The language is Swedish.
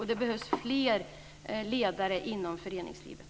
Det behövs fler ledare inom föreningslivet.